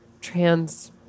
trans